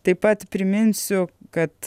taip pat priminsiu kad